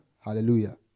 Hallelujah